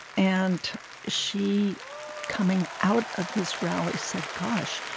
and she coming out of this rally said, gosh,